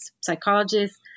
psychologists